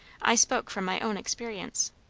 i spoke from my own experience.